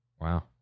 Wow